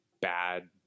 bad